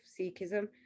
Sikhism